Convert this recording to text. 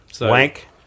Wank